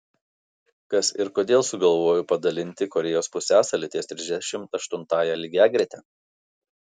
kas ir kodėl sugalvojo padalinti korėjos pusiasalį ties trisdešimt aštuntąja lygiagrete